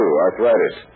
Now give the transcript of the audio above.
arthritis